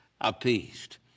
appeased